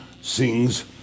sings